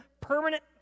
permanent